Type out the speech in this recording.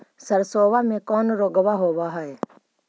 सरसोबा मे कौन रोग्बा होबय है?